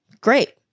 great